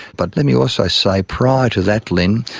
but let me also say, prior to that, lynne,